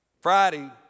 Friday